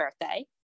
birthday